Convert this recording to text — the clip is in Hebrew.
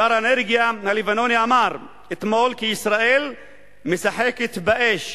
שר האנרגיה הלבנוני אמר אתמול כי ישראל משחקת באש.